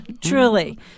Truly